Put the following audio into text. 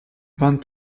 vingt